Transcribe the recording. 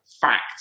Fact